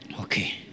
Okay